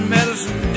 medicine